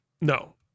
No